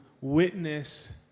witness